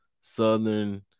Southern